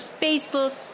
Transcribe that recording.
Facebook